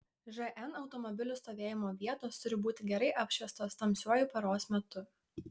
žn automobilių stovėjimo vietos turi būti gerai apšviestos tamsiuoju paros metu